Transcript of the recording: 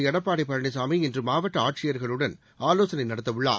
எடப்பாடி பழனிசாமி இன்று மாவட்ட ஆட்சியர்களுடன் ஆலோசனை நடத்த உள்ளார்